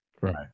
Right